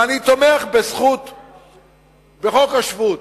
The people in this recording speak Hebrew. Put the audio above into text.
ואני תומך בחוק השבות,